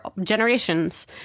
generations